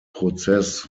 prozess